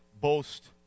boast